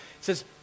says